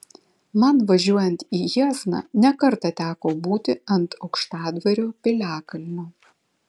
man važiuojant į jiezną ne kartą teko būti ant aukštadvario piliakalnio